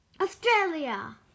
Australia